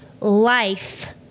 life